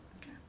Okay